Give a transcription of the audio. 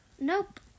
Nope